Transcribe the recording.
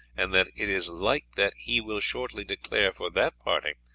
and that it is like that he will shortly declare for that party,